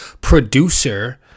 producer